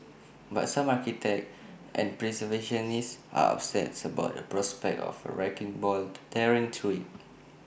but some architects and preservationists are upsets about the prospect of A wrecking ball tearing through IT